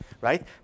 right